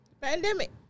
Pandemic